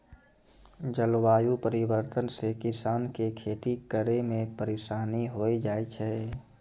जलवायु परिवर्तन से किसान के खेती करै मे परिसानी होय जाय छै